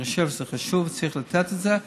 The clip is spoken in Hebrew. אני חושב שזה חשוב, צריך לתת את זה.